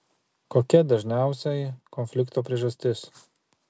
kokia dažniausiai konflikto priežastis